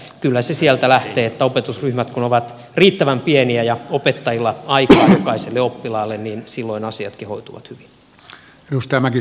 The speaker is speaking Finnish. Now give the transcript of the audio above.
kyllä se sieltä lähtee että opetusryhmät kun ovat riittävän pieniä ja opettajilla aikaa jokaiselle oppilaalle niin silloin asiatkin hoituvat hyvin